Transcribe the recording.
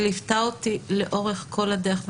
היא ליוותה אותי לאורך כל הדרך.